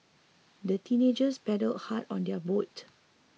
the teenagers paddled hard on their boat